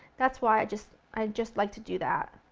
that's why i just, i just like to do that.